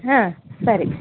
ಹಾಂ ಸರಿ